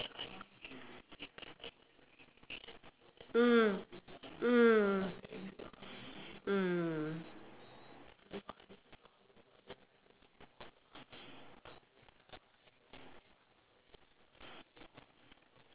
mm mm mm